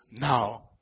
now